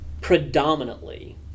predominantly